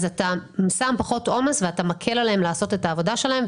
אתה מקל עליהם לעשות את העבודה שלהם.